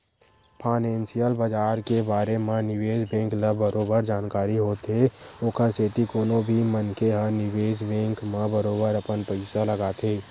financial बजार के बारे म निवेस बेंक ल बरोबर जानकारी होथे ओखर सेती कोनो भी मनखे ह निवेस बेंक म बरोबर अपन पइसा लगाथे